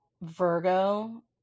Virgo